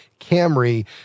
Camry